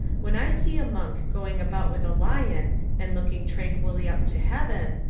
when i see a monk going about with a lion and look ing tranquilly up to heaven,